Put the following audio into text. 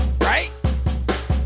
Right